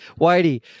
Whitey